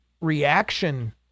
reaction